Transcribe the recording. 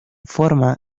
forma